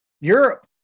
Europe